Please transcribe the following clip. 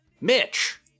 Mitch